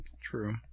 True